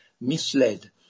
misled